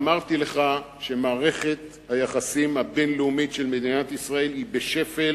ואמרתי לך שמערכת היחסים הבין-לאומית של מדינת ישראל היא בשפל